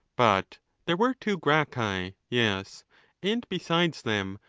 but there were two gracchi. yes and, besides them,